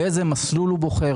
באיזה מסלול הוא בוחר,